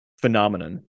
phenomenon